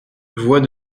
voix